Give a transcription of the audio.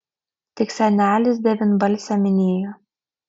tik senelis devynbalsę minėjo